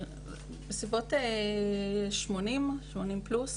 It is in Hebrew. זה בסביבות ה-80% אפילו 80% פלוס?